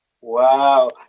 Wow